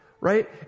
Right